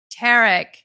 Tarek